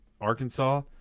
Arkansas